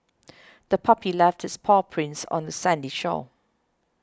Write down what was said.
the puppy left its paw prints on the sandy shore